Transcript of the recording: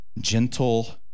gentle